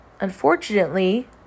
unfortunately